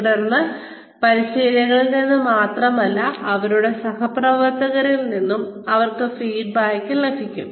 തുടർന്ന് പരിശീലകനിൽ നിന്ന് മാത്രമല്ല അവരുടെ സഹപ്രവർത്തകരിൽ നിന്നും അവർക്ക് ഫീഡ്ബാക്ക് ലഭിക്കും